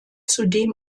zudem